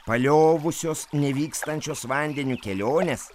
paliovusios nevykstančios vandeniu kelionės